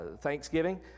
Thanksgiving